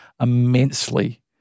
immensely